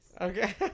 okay